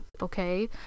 Okay